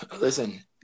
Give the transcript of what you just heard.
Listen